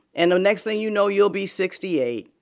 and know next thing you know, you'll be sixty eight,